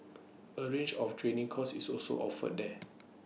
A range of training courses is also offered there